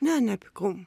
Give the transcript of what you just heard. ne nepykau